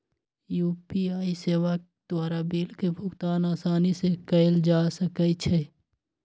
UPI सेवा द्वारा bill के भुगतान असानी से कएल जा सकइ छै